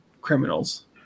criminals